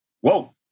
whoa